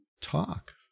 talk